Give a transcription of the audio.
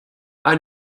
are